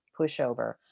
pushover